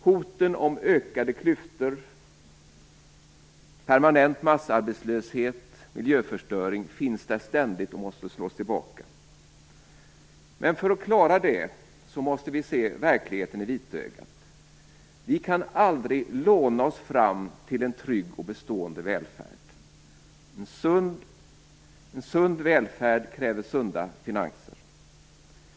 Hoten om ökade klyftor, om en permanent massarbetslöshet och om miljöförstöring finns där ständigt och måste slås tillbaka. Men för att klara det måste vi se verkligheten i vitögat. Vi kan aldrig låna oss fram till en trygg och bestående välfärd. En sund välfärd kräver sunda finanser.